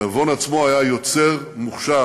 נבון עצמו היה יוצר מוכשר.